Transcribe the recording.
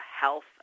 health